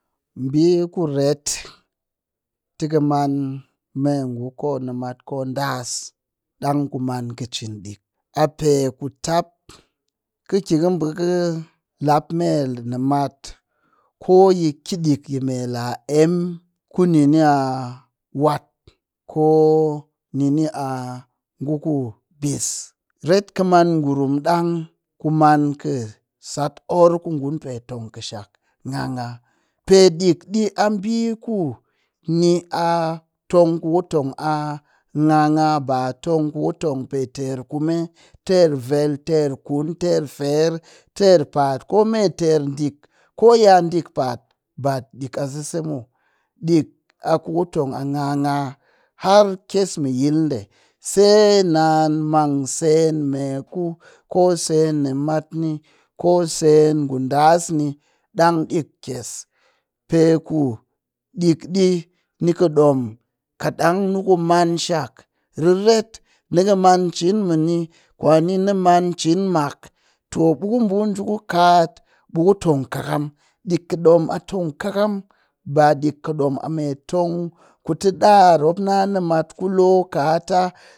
Ɓii ku ret tɨ kɨ man me ngu ko nimat ko ɗass ɗang ku man kɨ cin ɗik. A pe ku tap kɨ ki ɓe kɨ lap me nimat ko yi ki ɗik yii la emm kuni ni a wat ko nini a ngu ku bis, ret kɨ man ngurum ɗang ku man kɨ sat orr ku ngun pe tong kɨshak ŋga ŋga. Pe ɗik a ɓi ni a tong ku kutong mu a ŋga ŋga ba atong ku tong pe ter kume, ter vel, ter kun, ter ferr, ter pa'at kome ter ɗik koya ɗik pa'at, ba ɗik a sese muw. Ɗik a ku kutong a ŋga ŋga har kyes mɨ yil ɗe se naan mang seen meku, ko seen nimat ni ko seen ngu ɗass ni ɗang ɗik kyes. Pe ku ɗik ɗi ni kɨ ɗom katɗang niku manshak riret, nika man cin mini kwani ni man cin mak too ɓeku baku njii ku kaatɓe ku tong kɨkam ɗik kɨ ɗom a tong kɨkam ba ɗik kɨ ɗom tong kuti ɗar mop na nimat ku loo kaata.